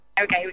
Okay